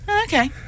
Okay